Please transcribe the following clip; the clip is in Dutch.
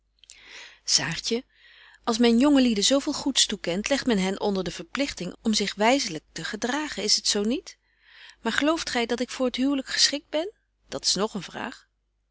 saartje als men jonge lieden zo veel goeds toekent legt men hen onder de verpligting om zich wyzelyk te gedragen is t zo niet maar gelooft gy dat ik voor het huwlyk geschikt ben dat's nog een vraag